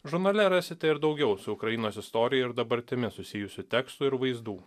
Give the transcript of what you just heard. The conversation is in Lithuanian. žurnale rasite ir daugiau su ukrainos istorija ir dabartimi susijusių tekstų ir vaizdų